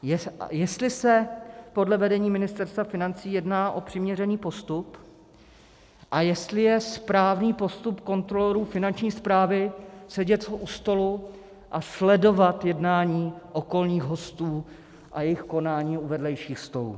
Jestli se podle vedení Ministerstva financí jedná o přiměření postup a jestli je správný postup kontrolorů Finanční správy sedět u stolu a sledovat jednání okolních hostů a jejich konání u vedlejších stolů.